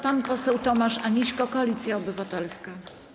Pan poseł Tomasz Aniśko, Koalicja Obywatelska.